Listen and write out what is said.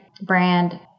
brand